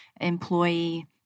employee